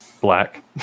black